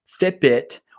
Fitbit